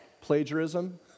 plagiarism